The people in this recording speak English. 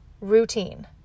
routine